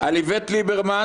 על איווט ליברמן,